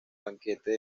banquete